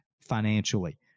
financially